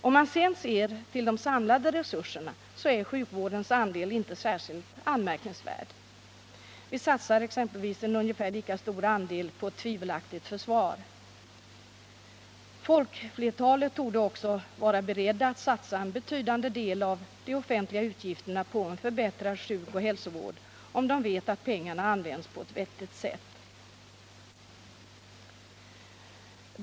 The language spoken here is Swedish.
Om man ser till de samlade resurserna, så är sjukvårdens andel inte särskilt anmärkningsvärd. Vi satsar exempelvis en ungefär lika stor andel på ett tvivelaktigt försvar. Folkflertalet torde också vare berett att satsa en betydande del av de offentliga utgifterna på en förbättrad sjukoch hälsovård, om man vet att pengarna används på ett vettigt sätt. "